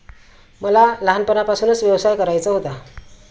मला लहानपणापासूनच व्यवसाय करायचा होता